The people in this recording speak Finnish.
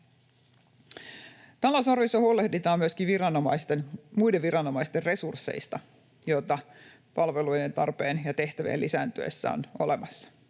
Talousarviossa huolehditaan myöskin muiden viranomaisten resurssitarpeista, joita palvelujen tarpeen ja tehtävien lisääntyessä on olemassa.